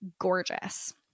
gorgeous